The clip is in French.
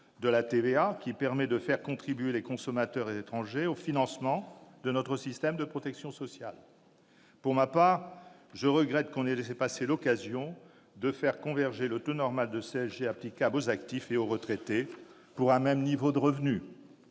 de la TVA, ce qui aurait permis de faire contribuer les consommateurs étrangers au financement de notre système de protection sociale. Pour ma part, je regrette que l'on ait laissé passer l'occasion de faire converger le taux normal de CSG applicable aux actifs et aux retraités pour un même niveau de revenus,